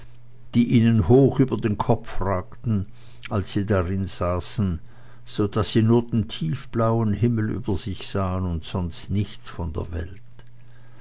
die ihnen hoch über den kopf ragten als sie drinsaßen so daß sie nur den tiefblauen himmel über sich sahen und sonst nichts von der welt